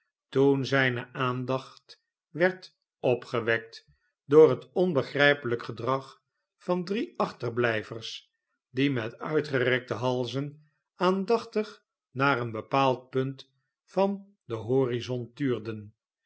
toen zijne aandacht werd opgewekt door het onbegrijpelijk gedrag van drie achterblijvers die met uitgerekte halzen aandachtig naar een bepaald punt van den horizon tuurden